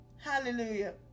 Hallelujah